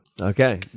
Okay